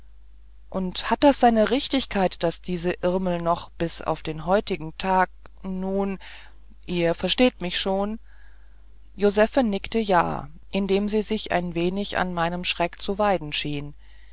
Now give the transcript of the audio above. und hat das seine richtigkeit daß diese irmel noch bis auf den heutigen tag nun ihr versteht mich schon josephe nickte ja indem sie sich ein wenig an meinem schreck zu weiden schien